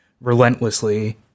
relentlessly